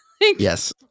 Yes